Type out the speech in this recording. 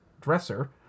dresser